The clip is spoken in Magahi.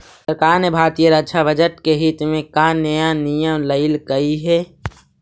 सरकार ने भारतीय रक्षा बजट के हित में का नया नियम लइलकइ हे